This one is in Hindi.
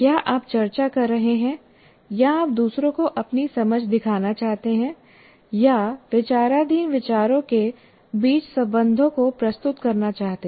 क्या आप चर्चा कर रहे हैं या आप दूसरों को अपनी समझ दिखाना चाहते हैं या विचाराधीन विचारों के बीच संबंधों को प्रस्तुत करना चाहते हैं